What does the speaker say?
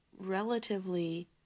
relatively